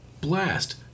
blast